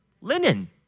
linen